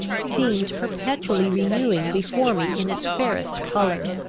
seemed perpetually renewing before me in its fairest colours,